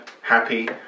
happy